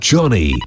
Johnny